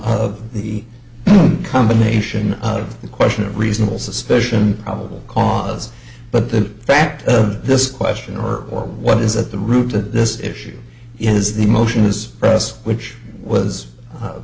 of the combination of the question of reasonable suspicion probable cause but the fact of this question or what is at the root that this issue is the motion is rest which was